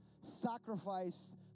Sacrifice